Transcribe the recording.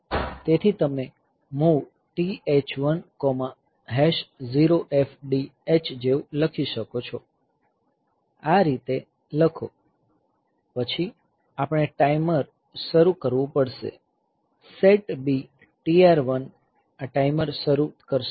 તેથી તમે MOV TH10FDh જેવું લખી શકો છો આ રીતે લખો પછી આપણે ટાઈમર શરૂ કરવું પડશે SETB TR1 આ ટાઈમર શરૂ કરશે